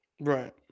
right